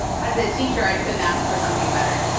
as a teacher i couldn't ask for something better.